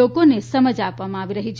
લોકોની સમજ આપવામાં આવી રહી છે